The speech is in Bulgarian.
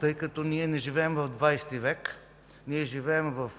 тъй като ние не живеем в 20-и век, живеем в